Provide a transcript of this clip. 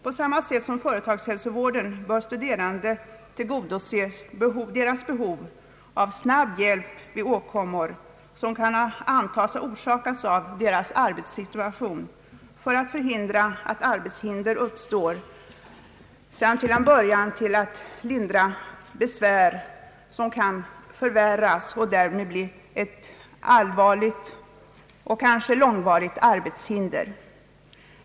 På samma sätt som företagshälsovården bör studerandehälsovården tillgodose behovet av snabb hjälp vid åkommor som kan antas ha orsakats av arbetssituationen, för att förebygga att arbetshinder uppstår samt att till en början lindriga insufficienser förvärras och därmed blir ett allvarligt, långvarigt arbetshinder.